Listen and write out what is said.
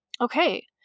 okay